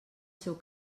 seu